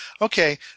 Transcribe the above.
okay